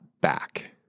back